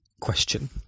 question